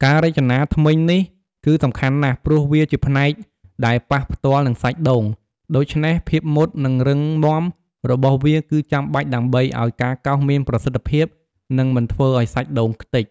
ការរចនាធ្មេញនេះគឺសំខាន់ណាស់ ព្រោះវាជាផ្នែកដែលប៉ះផ្ទាល់នឹងសាច់ដូង ដូច្នេះភាពមុត និងរឹងមាំរបស់វាគឺចាំបាច់ដើម្បីឱ្យការកោសមានប្រសិទ្ធភាព និងមិនធ្វើឱ្យសាច់ដូងខ្ទេច។